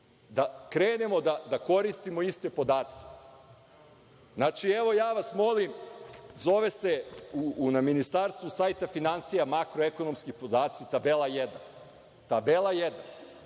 da krenemo da koristimo iste podatke. Znači, evo ja vas molim zove se na sajtu Ministarstva finansija makroekonomski podaci tabela 1. Tabela 1.